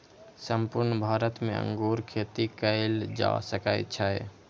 संपूर्ण भारत मे अंगूर खेती कैल जा सकै छै